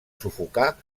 sufocar